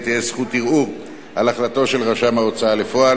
תהיה זכות ערעור על החלטתו של רשם ההוצאה לפועל.